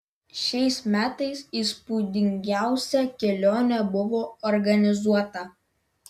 šiais metais įspūdingiausia kelionė buvo organizuota